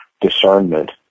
discernment